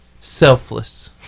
Selfless